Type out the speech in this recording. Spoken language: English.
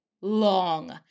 long